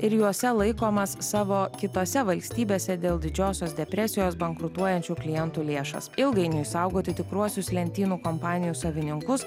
ir juose laikomas savo kitose valstybėse dėl didžiosios depresijos bankrutuojančių klientų lėšas ilgainiui saugoti tikruosius lentynų kompanijų savininkus